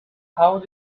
how